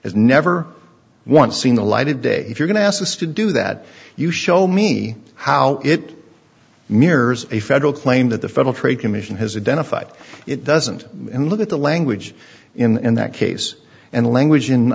has never once seen the light of day if you're going to ask us to do that you show me how it mirrors a federal claim that the federal trade commission has identified it doesn't and look at the language in that case and language in